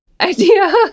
idea